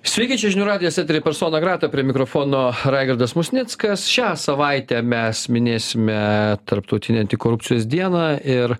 sveiki čia žinių radijas eteryje persona grata prie mikrofono raigardas musnickas šią savaitę mes minėsime tarptautinę antikorupcijos dieną ir